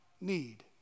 need